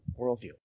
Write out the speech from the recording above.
worldview